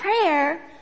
prayer